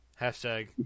Hashtag